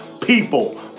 People